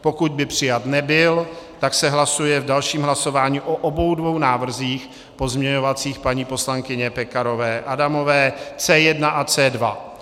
Pokud by přijat nebyl, tak se hlasuje v dalších hlasování o obou návrzích pozměňovacích paní poslankyně Pekarové Adamové C1 a C2.